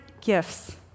gifts